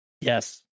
Yes